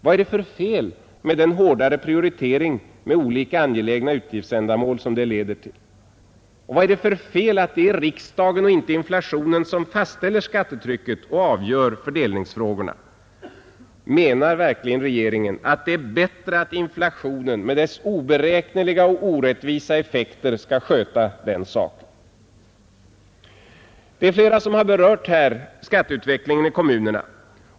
Vad är det för fel med den hårdare prioritering av olika angelägna utgiftsändamål som det leder till? Vad är det för fel att det är riksdagen och inte inflationen som fastställer skattetrycket och avgör fördelningsfrågorna? Menar verkligen regeringen att det är bättre att inflationen med dess oberäkneliga och orättvisa effekter skall sköta den saken? Flera talare har berört skatteutvecklingen i kommunerna.